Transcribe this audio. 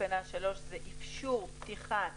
מדובר באפשרות פתיחת